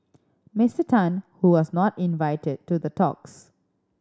Mister Tan who was not invited to the talks